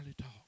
talk